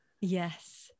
yes